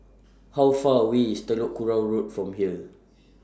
How Far away IS Telok Kurau Road from here